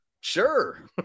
sure